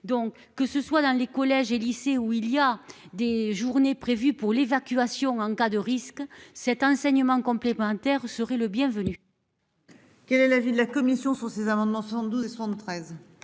que ce soit dans les collèges et lycées où il y a des journées prévue pour l'évacuation en cas de risque cet enseignement complémentaire serait le bienvenu. Quel est l'avis de la commission sur ces amendements. 72 73.